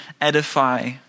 edify